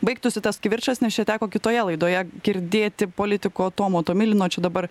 baigtųsi tas kivirčas nes čia teko kitoje laidoje girdėti politiko tomo tomilino čia dabar